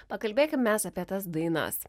pakalbėkim mes apie tas dainas